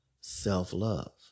self-love